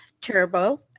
turbo